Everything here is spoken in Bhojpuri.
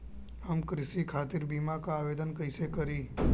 हम कृषि खातिर बीमा क आवेदन कइसे करि?